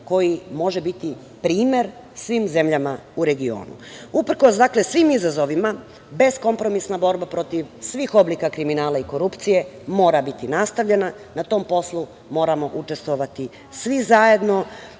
možda može biti primer svim zemljama u regionu. Uprkos svim izazovim, beskompromisna borba protiv svih oblika kriminala i korupcije, mora biti nastavljena i na tom poslu moramo učestvovati svi